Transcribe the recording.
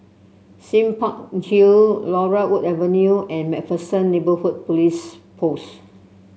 Sime Park Hill Laurel Wood Avenue and MacPherson Neighbourhood Police Post